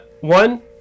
One